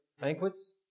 banquets